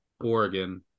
Oregon